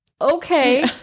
okay